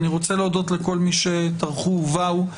אני רוצה להודות לכל מי שטרחו ובאו.